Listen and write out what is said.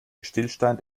stillstand